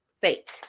fake